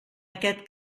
aquest